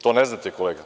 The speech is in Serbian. To ne znate kolega.